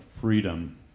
freedom